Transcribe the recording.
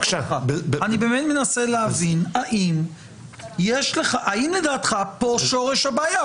אני באמת מנסה להבין האם לדעתך פה שורש הבעיה?